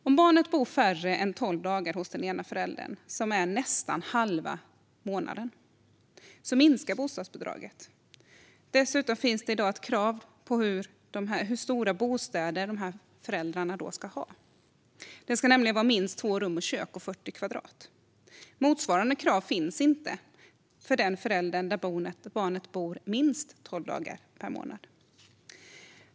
Om barnet bor färre än tolv dagar hos den ena föräldern, vilket är nästan halva månaden, minskar bostadsbidraget. Dessutom finns det i dag ett krav på hur stora bostäder föräldrarna ska ha. Bostaden ska nämligen vara minst två rum och kök och 40 kvadratmeter. Motsvarande krav finns inte för den förälder där barnet bor minst tolv dagar per månad.